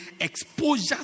exposure